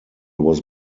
was